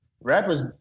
Rappers